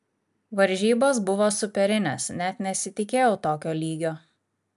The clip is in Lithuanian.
varžybos buvo superinės net nesitikėjau tokio lygio